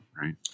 right